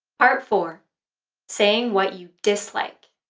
part four saying what you dislike.